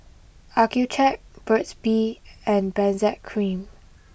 Accucheck Burt's bee and Benzac cream